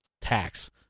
tax